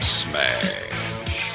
smash